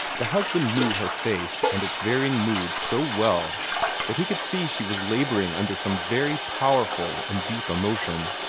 the husband knew her face and its varying moods so well that he could see she was laboring under some very powerful and deep emotion.